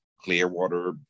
Clearwater